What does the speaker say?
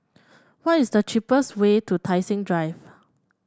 what is the cheapest way to Tai Seng Drive